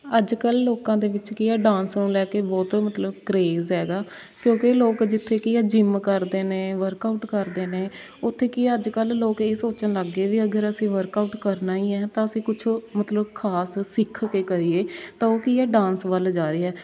ਅੱਜ ਕੱਲ੍ਹ ਲੋਕਾਂ ਦੇ ਵਿੱਚ ਕੀ ਆ ਡਾਂਸ ਨੂੰ ਲੈ ਕੇ ਬਹੁਤ ਮਤਲਬ ਕਰੇਜ਼ ਹੈਗਾ ਕਿਉਂਕਿ ਲੋਕ ਜਿੱਥੇ ਕਿ ਆ ਜਿੰਮ ਕਰਦੇ ਨੇ ਵਰਕਆਊਟ ਕਰਦੇ ਨੇ ਉੱਥੇ ਕੀ ਆ ਅੱਜ ਕੱਲ੍ਹ ਲੋਕ ਇਹ ਸੋਚਣ ਲੱਗ ਗਏ ਵੀ ਅਗਰ ਅਸੀਂ ਵਰਕਆਊਟ ਕਰਨਾ ਹੀ ਹੈ ਤਾਂ ਅਸੀਂ ਕੁਛ ਮਤਲਬ ਖਾਸ ਸਿੱਖ ਕੇ ਕਰੀਏ ਤਾਂ ਉਹ ਕੀ ਹੈ ਡਾਂਸ ਵੱਲ ਜਾ ਰਹੇ ਹੈ